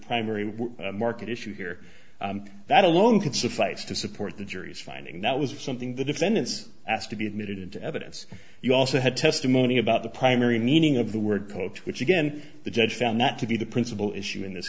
primary market issue here that alone could suffice to support the jury's finding that was something the defendants asked to be admitted into evidence you also had testimony about the primary meaning of the word coach which again the judge found not to be the principal issue in this